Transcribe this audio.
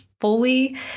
fully